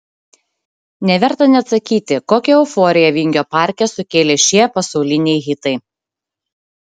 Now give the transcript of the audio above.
neverta net sakyti kokią euforiją vingio parke sukėlė šie pasauliniai hitai